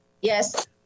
Yes